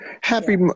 Happy